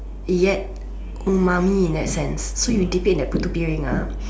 yet umami in that sense so you dip in that putu-piring ah